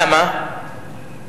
למה?